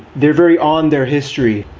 they're very on their history.